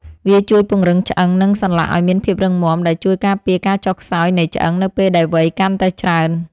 វាជួយពង្រឹងឆ្អឹង និងសន្លាក់ឱ្យមានភាពរឹងមាំ ដែលជួយការពារការចុះខ្សោយនៃឆ្អឹងនៅពេលដែលវ័យកាន់តែច្រើន។